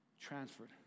transferred